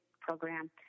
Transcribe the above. program